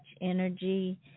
energy